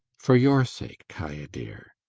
for your sake, kaia dear.